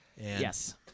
Yes